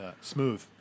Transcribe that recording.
smooth